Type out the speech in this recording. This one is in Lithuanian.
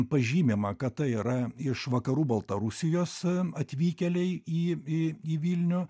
pažymima kad tai yra iš vakarų baltarusijos atvykėliai į į į vilnių